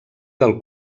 del